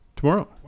Tomorrow